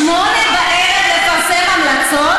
ב-20:00 לפרסם המלצות?